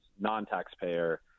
Non-taxpayer